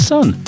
Sun